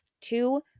two